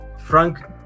frank